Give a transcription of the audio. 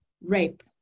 rape